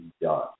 done